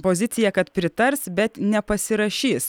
pozicija kad pritars bet nepasirašys